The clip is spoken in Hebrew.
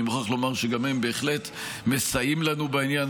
אני מוכרח לומר שגם הם בהחלט מסייעים לנו בעניין